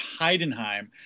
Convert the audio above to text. Heidenheim